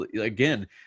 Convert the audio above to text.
again